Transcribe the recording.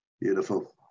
Beautiful